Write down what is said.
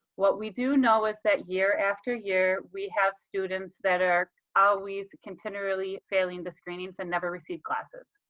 what we do know is that year after year we have students that are always continually failing the screenings and never receiving glasses.